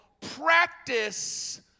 practice